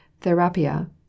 Therapia